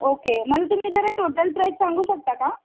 okay मला तुम्ही जरा टोटल प्राईज सांगू शकता का